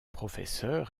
professeur